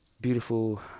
beautiful